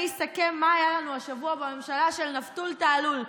אסכם מה היה לנו השבוע בממשלה של נפתול תעלול.